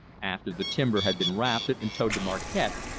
after the timber had been rafted and towed to marquette,